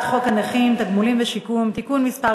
חוק הנכים (תגמולים ושיקום) (תיקון מס'